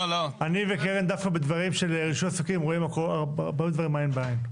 אני וקרן דווקא בדברים של רישוי עסקים רואים הרבה דברים עין בעין.